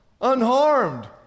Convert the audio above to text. unharmed